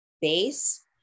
base